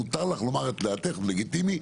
מותר לך לומר את דעתך, לגיטימי,